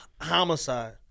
homicide